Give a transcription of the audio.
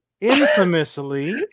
infamously